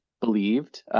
believed